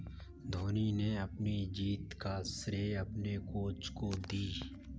धोनी ने अपनी जीत का श्रेय अपने कोच को दी